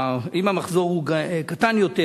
אם המחזור הוא קטן יותר,